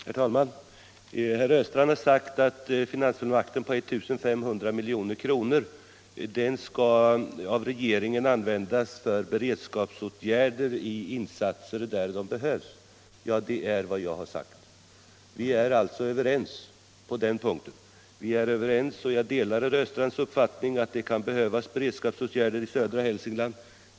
Herr talman! Herr Östrand har sagt att finansfullmakten på 1 500 milj.kr. av regeringen skall användas för beredskapsåtgärder där sådana behövs. Det är vad jag också har sagt. Vi är alltså överens på den punkten. Jag delar herr Östrands uppfattning att det kan behövas beredskapsåtgärder i södra Hälsingland.